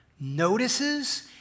notices